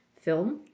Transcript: film